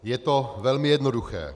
Je to velmi jednoduché.